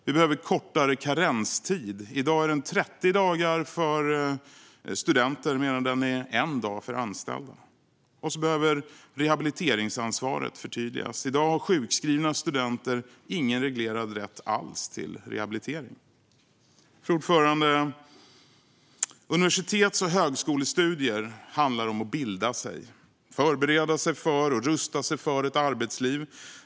Vi behöver en kortare karenstid. I dag är den 30 dagar för studenter medan den är en dag för anställda. Dessutom behöver rehabiliteringsansvaret förtydligas. I dag har sjukskrivna studenter ingen reglerad rätt alls till rehabilitering. Fru talman! Universitets och högskolestudier handlar om att bilda sig och att förbereda sig och rusta sig för ett arbetsliv.